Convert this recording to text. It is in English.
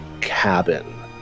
cabin